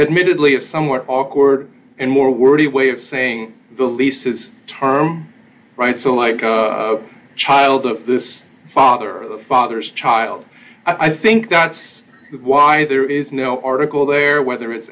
admittedly of somewhat awkward and more wordy way of saying the lease is term right so like a child of this father the father's child i think that's why there is no article there whether it's